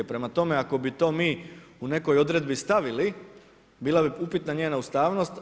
Prema tome, ako bi to mi u nekoj odredbi stavili bila bi upitna njena ustavnost.